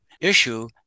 issue